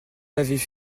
avaient